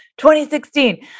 2016